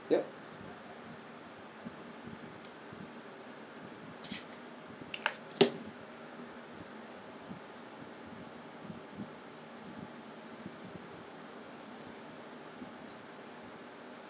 yup